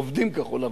עובדים כחול-לבן.